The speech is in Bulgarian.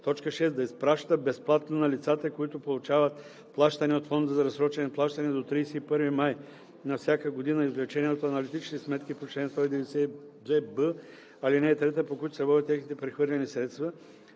т. 6: „6. да изпраща безплатно на лицата, които получават плащания от фонда за разсрочени плащания, до 31 май всяка година извлечение от аналитичните сметки по чл. 192б, ал. 3, по които се водят техните прехвърлени средства,